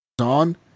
on